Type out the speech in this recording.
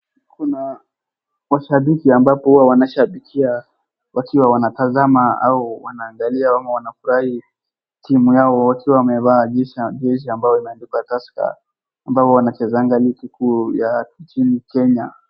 Kuna mashabiki ambapo huwa wanashabikia wakiwa wanatazama au wanaangalia ama wanafurahi timu yao wakiwa wamevaa jezi ambayo imeandikwa Tusker ambao huwa wanachezanga ligi kuu ya nchini Kenya.